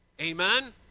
Amen